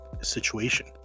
situation